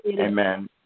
Amen